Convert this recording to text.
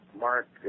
Mark